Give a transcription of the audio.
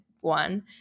one